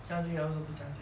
相信啊为什么不相信